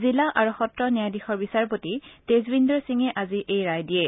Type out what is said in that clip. জিলা আৰু সত্ৰ ন্যায়াধীশৰ বিচাৰপতি তেজবিন্দৰ সিঙে আজি এই ৰায় দিয়ে